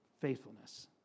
faithfulness